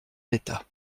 d’état